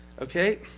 okay